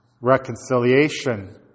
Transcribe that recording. reconciliation